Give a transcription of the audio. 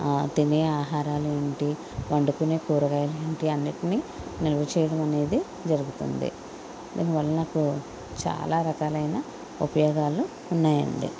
తినే ఆహారాలు ఏమిటి వండుకునే కూరగాయలు అన్నిటిని నిల్వ చేయడం అనేది జరుగుతుంది దీనివల్ల నాకు చాలా రకలైన ఉపయోగాలు ఉన్నాయండి